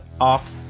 off